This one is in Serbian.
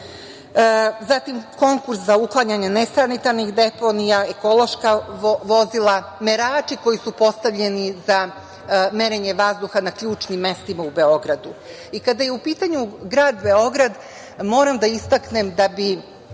Zatim, konkurs za uklanjanje nesanitarnih deponija, ekološka vozila, merači koji su postavljeni za merenje vazduha na ključnim mestima u Beogradu. Kada je u pitanju grad Beograd, moram da istaknem da bi